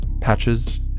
patches